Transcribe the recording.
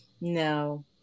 No